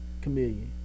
Chameleon